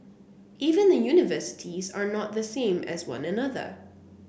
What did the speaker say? even the universities are not the same as one another